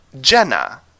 Jenna